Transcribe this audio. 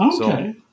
Okay